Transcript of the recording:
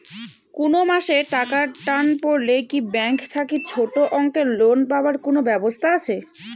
কুনো মাসে টাকার টান পড়লে কি ব্যাংক থাকি ছোটো অঙ্কের লোন পাবার কুনো ব্যাবস্থা আছে?